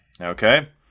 Okay